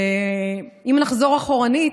ואם נחזור אחורנית,